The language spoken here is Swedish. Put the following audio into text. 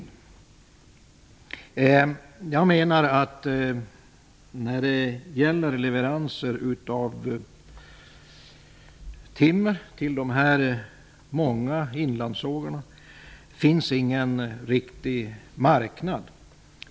Det finns ingen riktig marknad när det gäller leveranser av timmer till de många inlandssågarna.